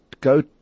go